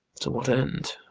to what end?